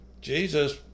Jesus